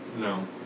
No